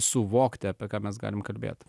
suvokti apie ką mes galime kalbėti